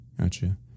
Gotcha